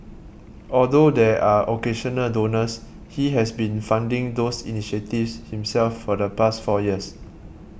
although there are occasional donors he has been funding those initiatives himself for the past four years